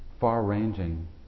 far-ranging